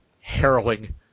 harrowing